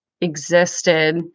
existed